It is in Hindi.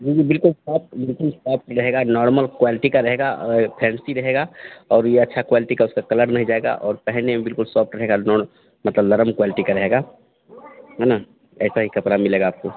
जी जी बिल्कुल सॉफ्ट बिल्कुल सॉफ्ट रहेगा नॉर्मल क्वालटी का रहेगा फैंसी रहेगा और ये अच्छा क्वालटी का उसका कलर नहीं जाएगा और पहनने में बिल्कुल सॉफ्ट रहेगा मतलब नर्म क्वालटी का रहेगा है न ऐसा ही कपड़ा मिलेगा आपको